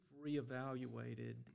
reevaluated